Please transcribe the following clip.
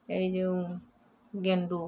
ଏଇ ଯେଉଁ ଗେଣ୍ଡୁ